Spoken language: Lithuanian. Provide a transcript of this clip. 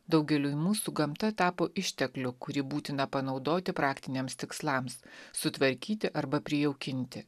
daugeliui mūsų gamta tapo ištekliu kurį būtina panaudoti praktiniams tikslams sutvarkyti arba prijaukinti